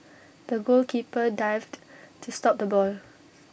the goalkeeper dived to stop the ball